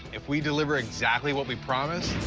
if we deliver exactly what we promised,